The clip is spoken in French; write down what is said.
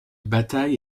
bataille